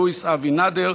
לואיס אבינדר,